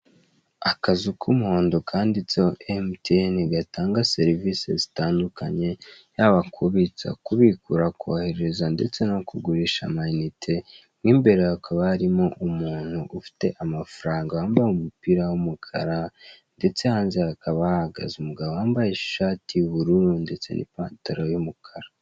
Akazu k'umuhondo kanditseho emutiyene gatanga serivise zitandukanye yaba kubitsa, kubikura, kohereza ndetse no kugurisha ama inite. Mu imbere hakaba harimo umuntu ufite amafaranga wambaye umupira w'umukara ndetse hanze hakaba hahagaze umugabo wambaye ishati y'ubururu ndetse n'ipantaro y'umukara.